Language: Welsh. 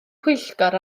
pwyllgor